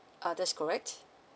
uh that's correct